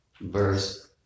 verse